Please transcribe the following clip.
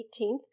18th